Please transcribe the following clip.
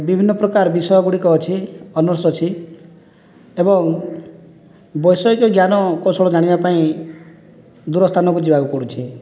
ବିଭିନ୍ନ ପ୍ରକାର ବିଷୟ ଗୁଡ଼ିକ ଅଛି ଅନର୍ସ ଅଛି ଏବଂ ବୈଷୟିକ ଜ୍ଞାନ କୌଶଳ ଜାଣିବା ପାଇଁ ଦୂର ସ୍ଥାନକୁ ଯିବାକୁ ପଡ଼ୁଛି